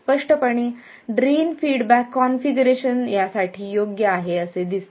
स्पष्टपणे drain feedback configuration यासाठी योग्य आहे असे दिसते